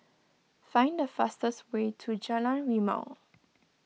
find the fastest way to Jalan Rimau